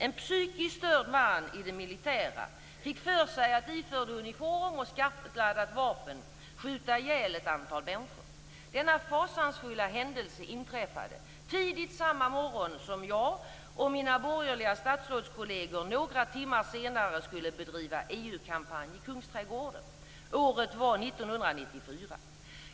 En psykiskt störd man i det militära fick för sig att iförd uniform och med skarpladdat vapen skjuta ihjäl ett antal människor. Denna fasansfulla händelse inträffade tidigt samma morgon som jag och mina borgerliga statsrådskolleger några timmar senare skulle bedriva EU-kampanj i Kungsträdgården. Året var 1994.